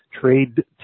trade